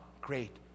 great